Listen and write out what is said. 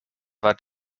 war